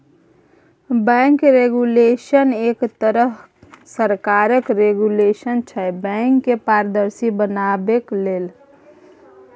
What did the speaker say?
बैंकक रेगुलेशन एक तरहक सरकारक रेगुलेशन छै बैंक केँ पारदर्शी बनेबाक लेल